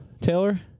Taylor